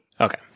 Okay